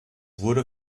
wurde